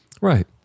Right